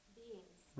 beings